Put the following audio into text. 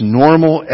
normal